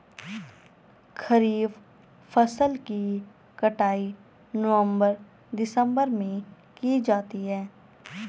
खरीफ फसल की कटाई नवंबर दिसंबर में की जाती है